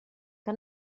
que